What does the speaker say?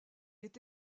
est